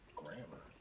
grammar